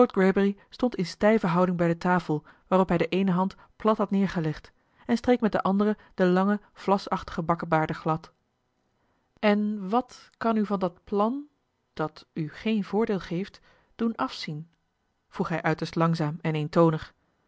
stond in stijve houding bij de tafel waarop hij de eene hand plat had neergelegd en streek met de andere de lange vlasachtige bakkebaarden glad eli heimans willem roda en wat kan u van dat plan dat u geen voordeel geeft doen afzien vroeg hij uiterst langzaam en